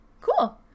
Cool